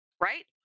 right